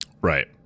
Right